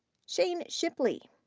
shane shipley.